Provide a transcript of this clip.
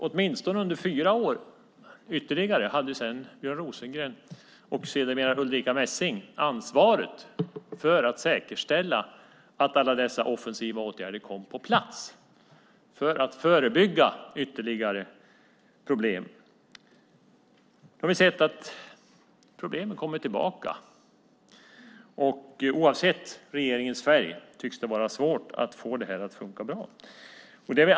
Åtminstone under ytterligare fyra år hade sedan Björn Rosengren och sedermera Ulrica Messing ansvaret för att säkerställa att alla dessa offensiva åtgärder kom på plats för att förebygga ytterligare problem. Nu har vi sett att problemen kommer tillbaka, och oavsett regeringens färg tycks det vara svårt att få det här att funka bra.